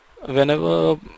whenever